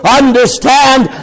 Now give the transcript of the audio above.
understand